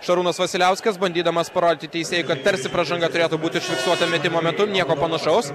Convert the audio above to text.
šarūnas vasiliauskas bandydamas parodyti teisėjui kad tarsi pražanga turėtų būti užfiksuota metimo metu nieko panašaus